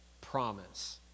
promise